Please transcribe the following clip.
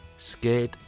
scared